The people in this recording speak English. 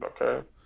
Okay